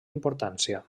importància